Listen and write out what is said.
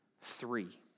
Three